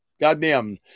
goddamn